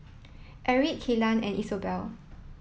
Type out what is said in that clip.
Erik Kellan and Isobel